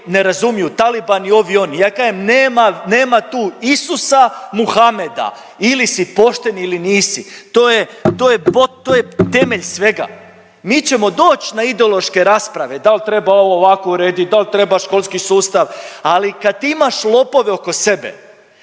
ne razumiju, talibani, ovi, oni, ja kažem nema, nema tu Isusa, Muhameda! Ili si pošten ili nisi! To je, to je .../nerazumljivo/... temelj svega! Mi ćemo doći na ideološke rasprave, da li treba ovo ovako urediti, da li treba školski sustav, ali kad ti imaš lopove oko sebe,